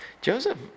Joseph